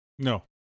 No